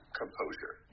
composure